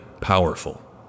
powerful